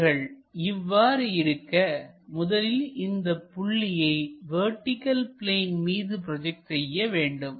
இவைகள் இவ்வாறு இருக்க முதலில் இந்தப் புள்ளியை வெர்டிகள் பிளேன் மீது ப்ரோஜெக்ட் செய்ய வேண்டும்